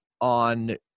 on